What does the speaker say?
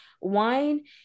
Wine